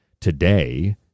Today